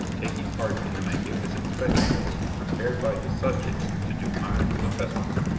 taking part in the magnificent spectacles prepared by his subjects to do honour to the festival.